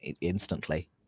Instantly